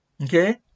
Okay